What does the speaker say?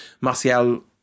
Martial